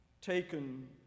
Taken